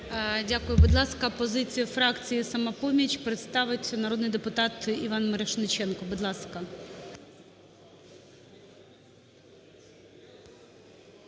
Дякую. Будь ласка, позицію фракції "Самопоміч" представить народний депутат Іван Мірошниченко, будь ласка.